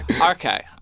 Okay